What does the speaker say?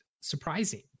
surprising